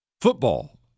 Football